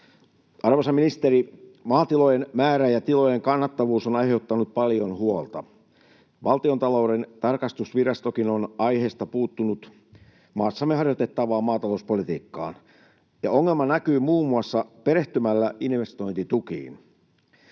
Arvoisa ministeri, maatilojen määrä ja tilojen kannattavuus on aiheuttanut paljon huolta. Valtiontalouden tarkastusvirastokin on aiheesta puuttunut maassamme harjoitettavaan maatalouspolitiikkaan. Ongelma näkyy muun muassa perehtymällä investointitukiin.